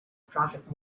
profit